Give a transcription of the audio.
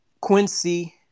Quincy